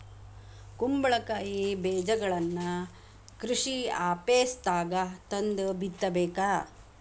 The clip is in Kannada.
ಕುಂಬಳಕಾಯಿ ಬೇಜಗಳನ್ನಾ ಕೃಷಿ ಆಪೇಸ್ದಾಗ ತಂದ ಬಿತ್ತಬೇಕ